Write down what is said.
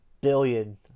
billion